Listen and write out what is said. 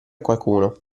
qualcuno